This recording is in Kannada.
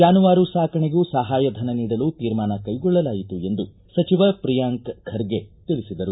ಜಾನುವಾರು ಸಾಕಣೆಗೂ ಸಹಾಯಧನ ನೀಡಲು ತೀರ್ಮಾನ ಕೈಗೊಳ್ಳಲಾಯಿತು ಎಂದು ಸಚಿವ ಪ್ರಿಯಾಂಕ್ ಖರ್ಗೆ ತಿಳಿಸಿದರು